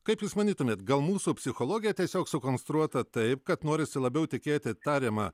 kaip jūs manytumėt gal mūsų psichologija tiesiog sukonstruota taip kad norisi labiau tikėti tariama